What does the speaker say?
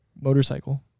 motorcycle